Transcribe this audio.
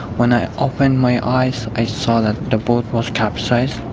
when i opened my eyes i saw that the boat was capsized.